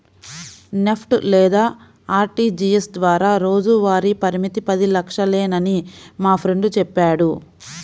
NEFT లేదా RTGS ద్వారా రోజువారీ పరిమితి పది లక్షలేనని మా ఫ్రెండు చెప్పాడు